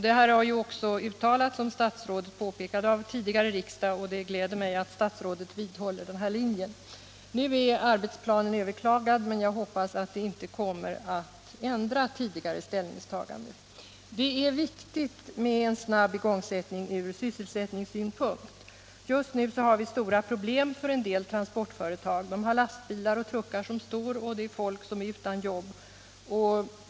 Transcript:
Detta har ju också uttalats, som statsrådet påpekade, av en tidigare riksdag, och det gläder mig att statsrådet vidhåller den här linjen. Nu är arbetsplanen överklagad, men jag hoppas att detta inte kommer att ändra tidigare ställningstagande. Det är viktigt med en snabb igångsättning ur sysselsättningssynpunkt. Just nu har vi stora problem för en del transportföretag. De har lastbilar och truckar som står och folk som är utan jobb.